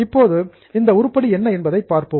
இப்போது இந்த உருப்படி என்ன என்பதைப் பார்ப்போம்